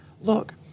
look